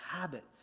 habit